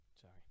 Sorry